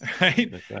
right